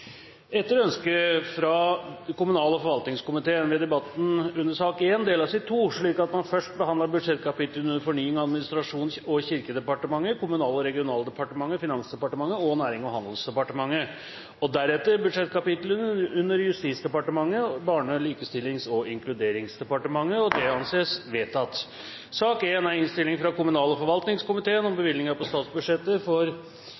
Etter ønske fra kommunal- og forvaltningskomiteen vil debatten under sak nr. 1 deles i to, slik at man først behandler budsjettkapitlene under Fornyings- og administrasjons- og kirkedepartementet, Kommunal- og regionaldepartementet, Finansdepartementet og Nærings- og handelsdepartementet, og deretter budsjettkapitlene under Justisdepartementet og Barne-, likestillings- og inkluderingsdepartementet. – Det anses vedtatt. Etter ønske fra komiteen vil presidenten foreslå at de to debattene blir begrenset til 1 time og